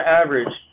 average